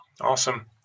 Awesome